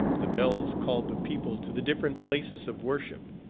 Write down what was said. the bells called the people to the different places of worship.